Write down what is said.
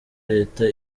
leta